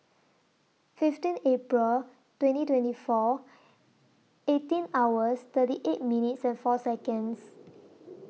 fifteen April twenty twenty four eighteen hours thirty eight minutes and four Seconds